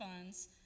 funds